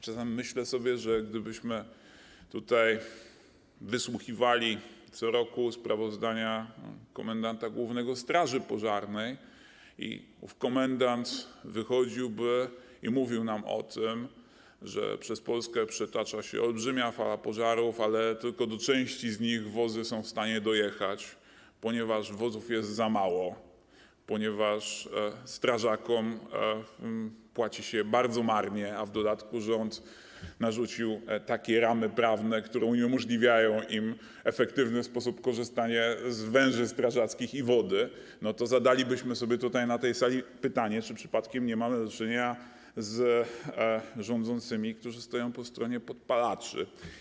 Czasami myślę sobie, że gdybyśmy tutaj wysłuchiwali co roku sprawozdania komendanta głównego straży pożarnej i ów komendant wychodziłby i mówił nam o tym, że przez Polskę przetacza się olbrzymia fala pożarów, ale tylko do części z nich wozy są w stanie dojechać, ponieważ wozów jest za mało, ponieważ strażakom płaci się bardzo marnie, a w dodatku rząd narzucił takie ramy prawne, które uniemożliwiają im w efektywny sposób korzystanie z węży strażackich i wody, to zadalibyśmy sobie tutaj, na tej sali pytanie, czy przypadkiem nie mamy do czynienia z rządzącymi, którzy stoją po stronie podpalaczy.